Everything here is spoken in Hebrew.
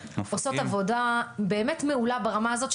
צריך לומר עושות עבודה באמת מעולה ברמה הזאת,